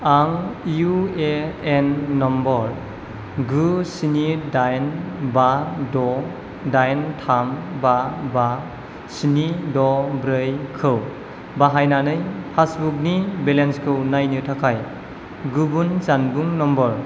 आं इउएएन नम्बर गु स्नि दाइन बा द दाइन थाम बा बा स्नि द ब्रैखौ बाहायनानै पासबुकनि बेलेन्सखौ नायनो थाखाय गुबुन जानबुं नम्बर